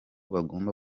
bagomba